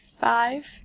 five